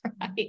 right